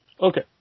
Okay